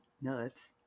nuts